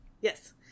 yes